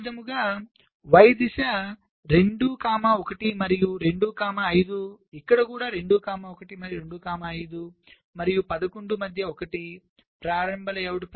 అదేవిధంగా y దిశ 2 1 మరియు 2 5 ఇక్కడ కూడా 2 1 మరియు 2 5 మరియు 11 మధ్య 1 ప్రారంభ లేఅవుట్ ప్రాంతం 11 బై 11